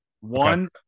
One